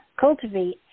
cultivate